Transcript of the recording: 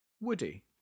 Woody